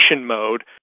mode